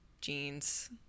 jeans